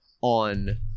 on